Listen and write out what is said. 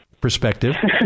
perspective